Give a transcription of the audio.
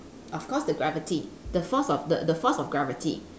of course the gravity the force of the the force of gravity